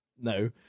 no